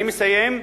אני מסיים.